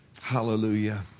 Hallelujah